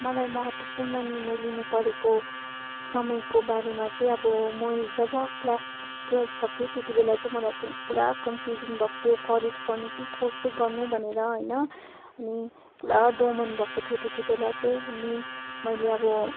मलाई महत्त्वपूर्ण निर्णय लिनुपरेको समयको बारेमा चाहिँ अब म जब क्लास ट्वेल्भ सकेँ त्यत्ति बेला चाहिँ मलाई पुरा कन्फ्युजन भएको थियो कलेज गर्नु कि कोर्सै गर्नु भनेर होइन अनि पुरा दोमन भएको थियो त्यत्ति बेला चाहिँ अनि मैले अब